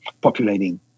populating